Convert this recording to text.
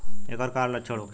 ऐकर का लक्षण होखे?